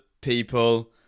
people